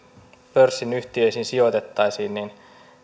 pörssin yhtiöihin sijoitettaisiin niin